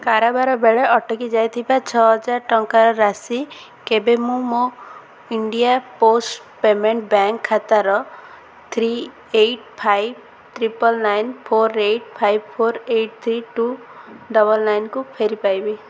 କାରବାର ବେଳେ ଅଟକି ଯାଇଥିବା ଛଅହଜାର ଟଙ୍କାର ରାଶି କେବେ ମୁଁ ମୋର ଇଣ୍ଡିଆ ପୋଷ୍ଟ୍ ପେମେଣ୍ଟ୍ ବ୍ୟାଙ୍କ୍ ଖାତାର three eight five triple nine four eight five four eight three two double ନାଇନ୍କୁ ଫେରି ପାଇବି